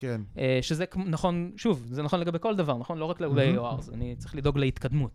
כן. שזה נכון, שוב, זה נכון לגבי כל דבר, נכון? לא רק לאו-די-או-ארז, אני צריך לדאוג להתקדמות.